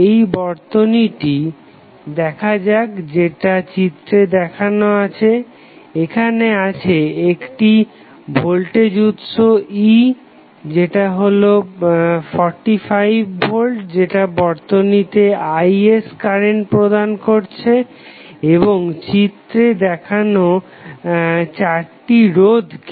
এই বর্তনীটি দেখা যাক যেটা চিত্রে দেখানো আছে এখানে আছে একটি ভোল্টেজ উৎস E যেটা হলো 45 ভোল্ট যেটা বর্তনীকে Is কারেন্ট প্রদান করছে এবং চিত্রে দেখানো চারটি রোধকে